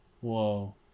Whoa